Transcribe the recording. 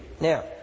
now